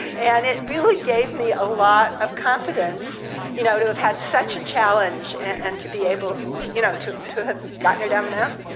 and it really gave me a lot of confidence you know to have had such a challenge, and to be able you know to to have gotten her down the mountain.